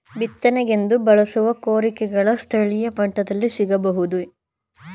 ಬಿತ್ತನೆಗೆಂದು ಬಳಸುವ ಕೂರಿಗೆಗಳು ಸ್ಥಳೀಯ ಮಟ್ಟದಲ್ಲಿ ಸಿಗಬಹುದೇ?